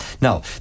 Now